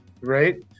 Right